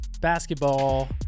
basketball